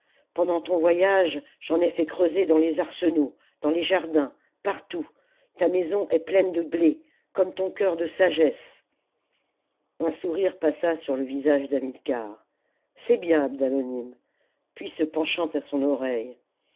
pendant ton voyage j'en ai fait creuser dans les arsenaux dans les jardins partout ta maison est pleine de blé comme ton cœur de sagesse un sourire passa sur te visage d'hamilcar c'est bien abdalonim puis se penchant à son oreille